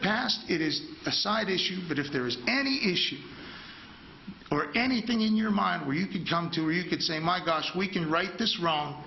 past it is a side issue but if there is any issue or anything in your mind where you can jump to real good say my gosh we can right this wrong